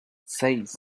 seis